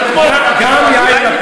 אתם מתחייבים ל-20 שרים?